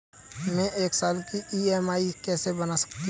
मैं एक साल की ई.एम.आई कैसे बना सकती हूँ?